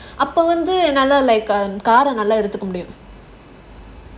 அப்போ வந்து:appo vandhu like um நல்லா எடுத்துக்க முடியும்:nallaa eduthuka mudium